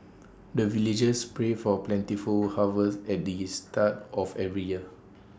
the villagers pray for plentiful harvest at the yes start of every year